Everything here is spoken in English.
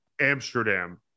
Amsterdam